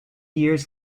years